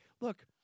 look